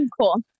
cool